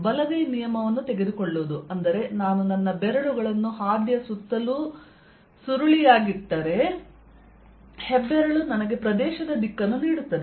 ಬಲಗೈ ನಿಯಮವನ್ನು ತೆಗೆದುಕೊಳ್ಳುವುದು ಅಂದರೆ ನಾನು ನನ್ನ ಬೆರಳುಗಳನ್ನು ಹಾದಿಯ ಸುತ್ತಲೂ ಸುರುಳಿಯಾಗಿಟ್ಟರೆ ಹೆಬ್ಬೆರಳು ನನಗೆ ಪ್ರದೇಶದ ದಿಕ್ಕನ್ನು ನೀಡುತ್ತದೆ